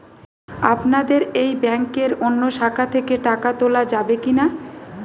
আপনাদের এই ব্যাংকের অন্য শাখা থেকে টাকা তোলা যাবে কি না?